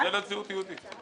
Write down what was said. זה לזהות היהודית.